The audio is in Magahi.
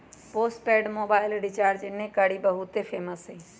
पोस्टपेड मोबाइल रिचार्ज एन्ने कारि बहुते फेमस हई